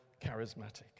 charismatic